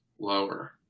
lower